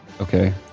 Okay